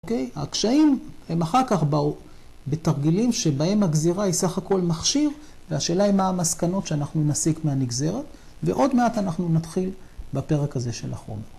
‫ההקשיים הם אחר כך באו בתרגילים ‫שבהם הגזירה היא סך הכול מכשיר, ‫והשאלה היא מה המסקנות ‫שאנחנו נעסיק מהנגזרת, ‫ועוד מעט אנחנו נתחיל ‫בפרק הזה של החומר.